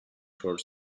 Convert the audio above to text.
short